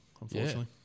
Unfortunately